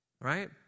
Right